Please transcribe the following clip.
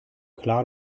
klar